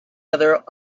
other